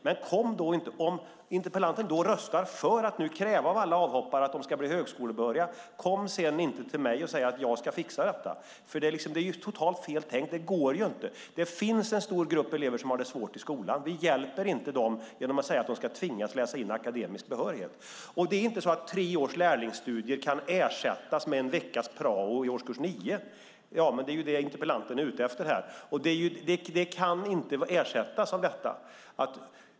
Men om interpellanten då röstar för att kräva av alla avhoppare att de ska bli högskolebehöriga, kom sedan inte till mig och säg att jag ska fixa detta. Det är totalt fel tänkt. Det går inte. Det finns en stor grupp elever som har det svårt i skolan. Vi hjälper inte dem genom att säga att de ska tvingas läsa in akademisk behörighet. Det är inte så att tre års lärlingsstudier kan ersättas med en veckas prao i årskurs 9. Det är vad interpellanten är ute efter här. Det kan inte ersättas av detta.